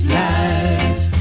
life